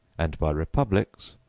and by republics,